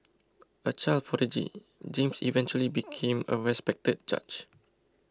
a child prodigy James eventually became a respected judge